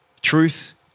truth